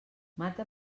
mata